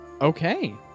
Okay